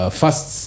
first